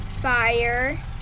fire